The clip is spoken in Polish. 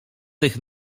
tych